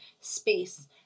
space